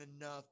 enough